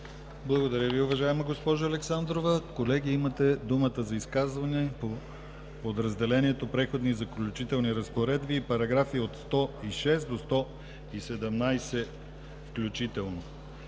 Благодаря Ви, уважаема госпожо Александрова. Колеги, имате думата за изказване по подразделението „Преходни и заключителни разпоредби“ и параграфи от 106 до 117 включително,